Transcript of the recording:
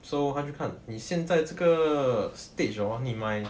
so 他去看你现在这个 stage hor 你买